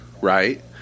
Right